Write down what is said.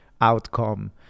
outcome